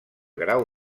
grau